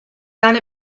done